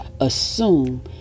assume